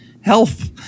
health